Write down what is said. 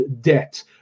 debt